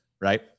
right